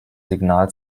signal